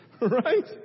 Right